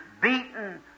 beaten